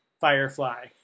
Firefly